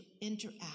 interact